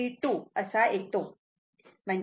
तेव्हा मी हे साफ करतो